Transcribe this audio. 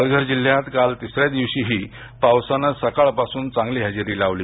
पालघर जिल्ह्यात काल तिसऱ्या दिवशी ही पावसानं सकाळ पासून चांगली हजेरी लावली